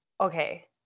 okay